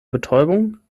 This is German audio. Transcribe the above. betäubung